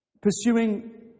pursuing